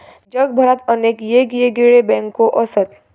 जगभरात अनेक येगयेगळे बँको असत